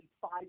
five